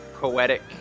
poetic